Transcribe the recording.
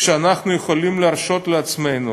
שאנחנו יכולים להרשות לעצמנו